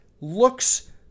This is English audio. looks